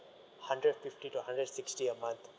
hundred fifty to hundred sixty a month